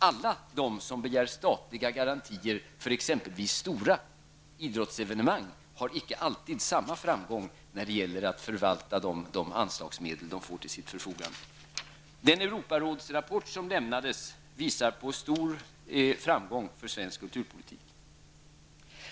Alla de som begär statliga garantier för exempelvis stora idrottsevenemang har icke alltid samma framgång när det gäller att förvalta de anslagsmedel de får till sitt förfogande. Den Europarådsrapport som lämnades visar på stor framgång för svensk kulturpolitik.